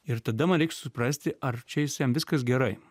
ir tada man reik suprasti ar čia jam viskas gerai